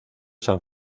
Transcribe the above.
san